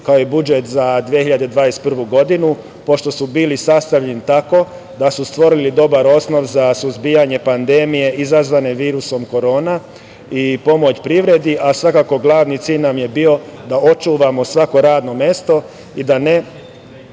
kao i budžet za 2021. godinu, pošto su bili sastavljeni tako da su stvorili dobar osnov za suzbijanje pandemije izazvane virusom Korona i pomoć privredi, a svakako glavni cilj nam je bio da očuvamo svako radno mesto i da ne